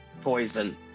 poison